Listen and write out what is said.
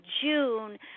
June